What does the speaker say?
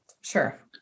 Sure